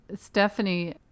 Stephanie